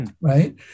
right